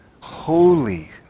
holy